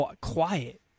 quiet